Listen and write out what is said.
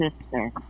sister